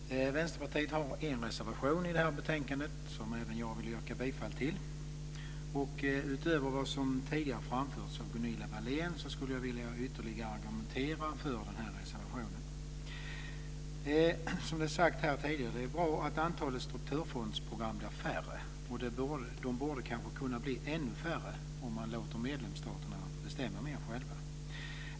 Fru talman! Vänsterpartiet har en reservation till detta betänkande som även jag vill yrka bifall till. Utöver vad som tidigare har framförts av Gunilla Wahlén skulle jag vilja argumentera ytterligare för den här reservationen. Som det sagts här tidigare är det bra att antalet strukturfondsprogram blir färre. De borde kanske kunna bli ännu färre om man låter medlemsstaterna bestämma mer själva.